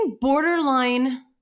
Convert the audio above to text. borderline